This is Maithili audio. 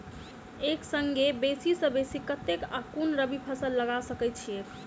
एक संगे बेसी सऽ बेसी कतेक आ केँ कुन रबी फसल लगा सकै छियैक?